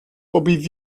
bobby